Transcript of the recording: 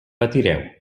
patireu